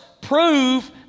prove